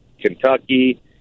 Kentucky